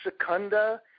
Secunda